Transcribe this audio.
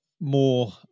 more